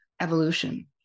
evolution